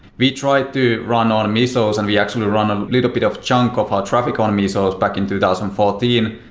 we tried to run on mesos and we actually run a little bit of chunk of our traffic on mesos back in two thousand and fourteen.